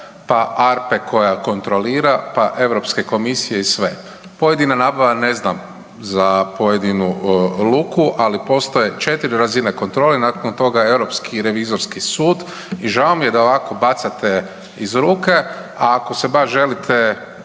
pa ARPA-e koja kontrola, pa Europske komisije i sve. Pojedina nabava ne znam za pojedinu luku, ali postoje četiri razine kontrole, nakon toga Europski revizorski sud i žao mi je da ovako bacate iz ruke, a ako se baš želite